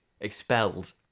expelled